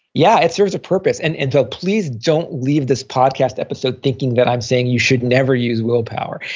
yeah, it serves a purpose and and please don't leave this podcast episode thinking that i'm saying you should never use willpower.